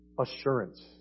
assurance